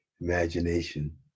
imagination